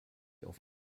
auf